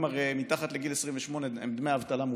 מתחת לגיל 28 הם דמי אבטלה מופחתים,